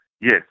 Yes